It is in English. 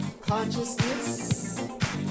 Consciousness